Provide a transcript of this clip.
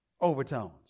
overtones